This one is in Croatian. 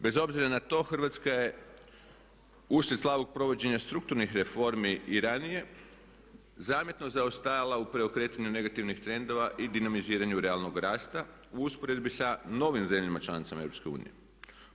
Bez obzira na to Hrvatska je uslijed slabog provođenja strukturnih reformi i ranije zametno zaostajala u preokretanju negativnih trendova i dinamiziranju realnog rasta u usporedbi sa novim zemljama članicama Europske unije.